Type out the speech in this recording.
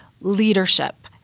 leadership